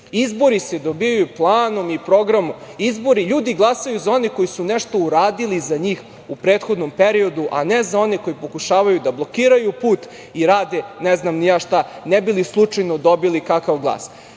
Izbori se dobijaju planom i programom. Ljudi glasaju za one koji su nešto uradili za njih u prethodnom periodu, a ne za one koji pokušavaju da blokiraju put i rade ne znam ni je šta ne bi li slučajno dobili kakav glas.